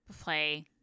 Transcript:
play